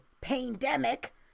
pandemic